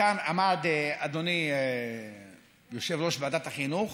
וכאן עמד אדוני יושב-ראש ועדת החינוך